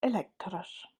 elektrisch